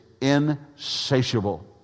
insatiable